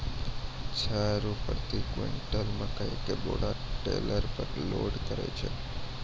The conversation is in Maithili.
छह रु प्रति क्विंटल मकई के बोरा टेलर पे लोड करे छैय?